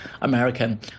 American